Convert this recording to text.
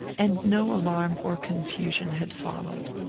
and no alarm or confusion had followed.